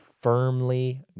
firmly